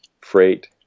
freight